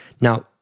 now